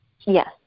Yes